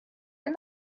and